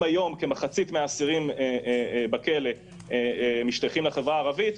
אם היום כמחצית מן האסירים בכלא משתייכים לחברה הערבית,